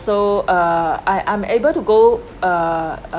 so uh I I'm able to go err err